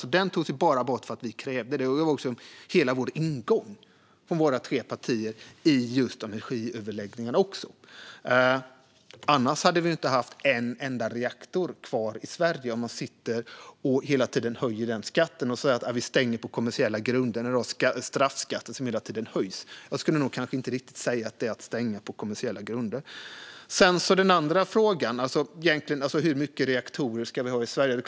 Den skatten togs alltså bara bort för att vi krävde det, och det var också hela vår ingång från våra tre partier i just energiöverläggningarna. Annars hade vi inte haft en enda reaktor kvar i Sverige. Om en straffskatt hela tiden höjs skulle jag nog inte säga att man stänger på kommersiella grunder. Hur många reaktorer ska vi ha i Sverige?